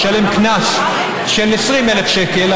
לשלם קנס של 20,000 שקלים,